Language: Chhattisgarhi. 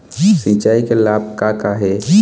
सिचाई के लाभ का का हे?